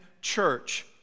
church